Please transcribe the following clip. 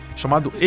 chamado